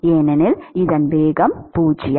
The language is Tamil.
ஏனெனில் இதன் வேகம் 0